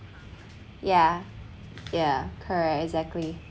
ya ya correct exactly